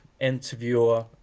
interviewer